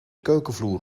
keukenvloer